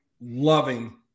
loving